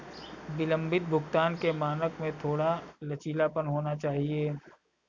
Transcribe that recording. विलंबित भुगतान के मानक में थोड़ा लचीलापन होना चाहिए